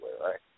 right